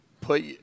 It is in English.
put